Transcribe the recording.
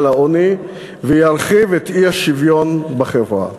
העוני וירחיב את האי-שוויון בחברה.